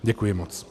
Děkuji moc.